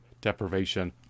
deprivation